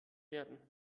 werden